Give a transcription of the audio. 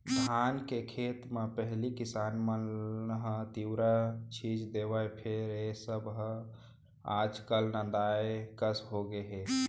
धान के खेत म पहिली किसान मन ह तिंवरा छींच देवय फेर ए सब हर आज काल नंदाए कस होगे हे